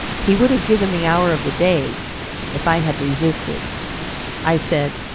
he would have given the hour of the day if i had resisted i said,